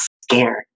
scared